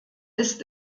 ist